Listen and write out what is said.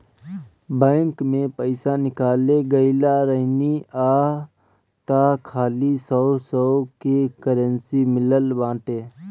bank से पईसा निकाले गईल रहनी हअ तअ खाली सौ सौ के करेंसी मिलल बाटे